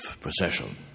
procession